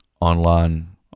online